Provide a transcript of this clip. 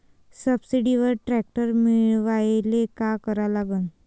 सबसिडीवर ट्रॅक्टर मिळवायले का करा लागन?